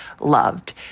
loved